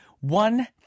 one